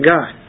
God